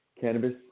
Cannabis